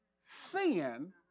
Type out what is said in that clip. sin